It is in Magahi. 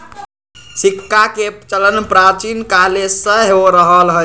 सिक्काके चलन प्राचीन काले से हो रहल हइ